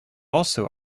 also